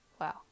Wow